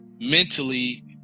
mentally